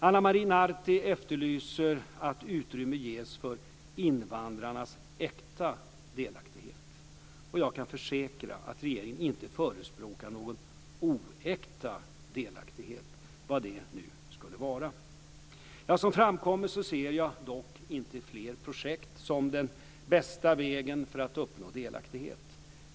Ana Maria Narti efterlyser att utrymme ges för "invandrarnas äkta delaktighet". Jag kan försäkra att regeringen inte förespråkar någon "oäkta" delaktighet, vad det nu skulle vara. Som framkommit ser jag dock inte fler projekt som den bästa vägen för att uppnå delaktighet.